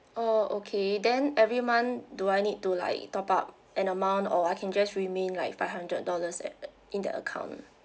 oh okay then every month do I need to like top up an amount or I can just remain like five hundred dollars at in the account